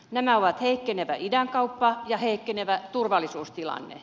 nämä ovat heikkenevä idänkauppa ja heikkenevä turvallisuustilanne